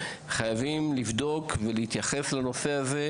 חייבים לבדוק את הנושא הזה ולהתייחס אליו.